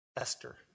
Esther